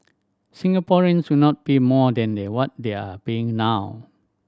Singaporeans will not pay more than what they are paying now